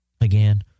again